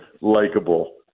likable